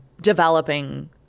developing